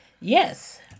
Yes